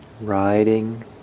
Riding